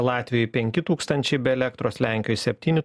latvijoj penki tūkstančiai be elektros lenkijoje septyni